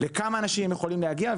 לכמות האנשים שהם יכולים להגיע אליהם,